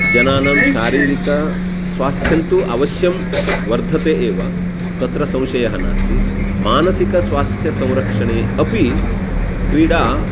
जनानां शारीरिकस्वास्थ्यं तु अवश्यं वर्धते एव तत्र संशयः नास्ति मानसिकस्वास्थ्यसंरक्षणे अपि क्रीडा